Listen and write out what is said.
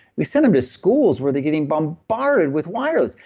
we send them to schools where they're getting bombarded with wireless.